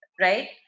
right